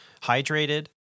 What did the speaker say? hydrated